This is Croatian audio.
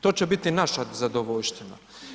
To će biti naša zadovoljština.